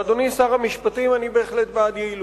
ואדוני שר המשפטים, אני בהחלט בעד יעילות.